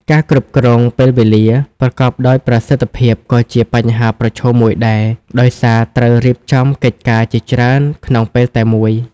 ការគ្រប់គ្រងពេលវេលា ប្រកបដោយប្រសិទ្ធភាពក៏ជាបញ្ហាប្រឈមមួយដែរ ដោយសារត្រូវរៀបចំកិច្ចការជាច្រើនក្នុងពេលតែមួយ។